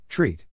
Treat